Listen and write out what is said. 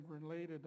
related